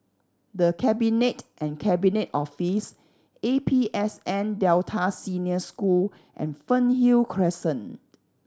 The Cabinet and Cabinet Office A P S N Delta Senior School and Fernhill Crescent